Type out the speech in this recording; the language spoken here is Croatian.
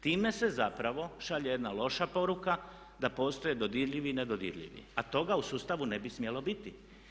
Time se zapravo šalje jedna loša poruka da postoje dodirljivi i nedodirljivi a toga u sustavu ne bi smjelo biti.